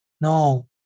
no